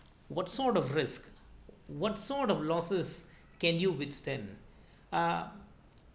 what sort of risk what sort of losses can you withstand ah